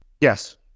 Yes